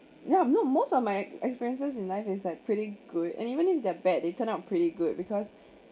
ya I know most of my experiences in life it's like pretty good and even if they're bad they turn out pretty good because